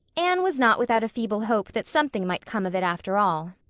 anne was not without a feeble hope that something might come of it after all.